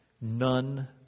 None